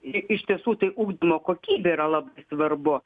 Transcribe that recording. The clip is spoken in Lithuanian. iš tiesų tai ugdymo kokybė yra labai svarbu